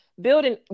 building